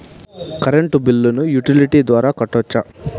Current బిల్లును utility ద్వారా కట్టొచ్చా?